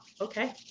Okay